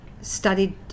studied